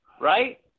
Right